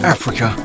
Africa